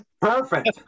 Perfect